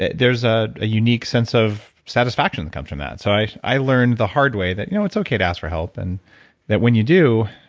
there's ah a unique sense of satisfaction that comes from that so i i learned the hard way that you know it's okay to ask for help, and that when you do,